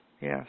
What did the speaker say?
Yes